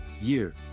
Year